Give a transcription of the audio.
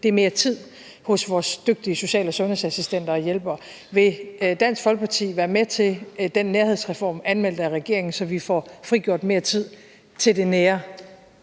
det er mere tid hos vores dygtige social- og sundhedsassistenter og -hjælpere: Vil Dansk Folkeparti være med til den nærhedsreform, der er blevet anmeldt af regeringen, så vi får frigjort mere tid til det nære?